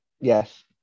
yes